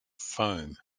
foam